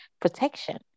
protection